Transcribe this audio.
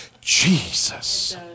Jesus